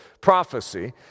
prophecy